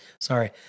Sorry